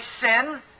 sin